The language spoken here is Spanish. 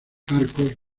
arcos